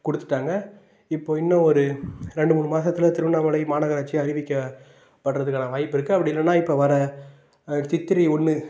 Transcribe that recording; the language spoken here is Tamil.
கொடுத்துட்டாங்க இப்போது இன்னும் ஒரு ரெண்டு மூணு மாசத்தில் திருவண்ணாமலை மாநகராட்சினு அறிவிக்க படுறதுக்கான வாய்ப்பு இருக்குது அப்படி இல்லைன்னா இப்போ வர்ற சித்திரை ஒன்று